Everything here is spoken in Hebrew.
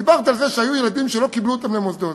ודיברת על זה שהיו ילדים שלא קיבלו אותם למוסדות.